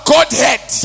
Godhead